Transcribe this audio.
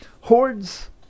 Hordes